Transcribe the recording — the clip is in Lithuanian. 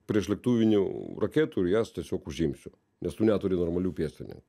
priešlėktuvinių raketų ir jas tiesiog užimsiu nes tu neturi normalių pėstininkų